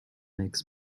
makes